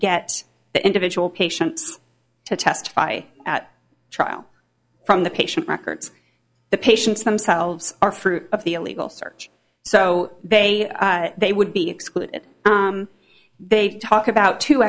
get the individual patient to testify at trial from the patient records the patients themselves are fruit of the illegal search so they they would be excluded they talk about two